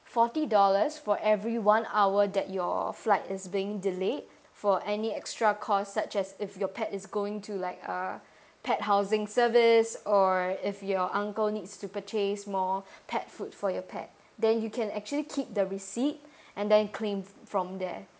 forty dollars for every one hour that your flight is being delay for any extra cost such as if your pet is going to like uh pet housing service or if your uncle needs to purchase more pet food for your pet then you can actually keep the receipt and then claim from there